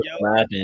Laughing